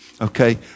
Okay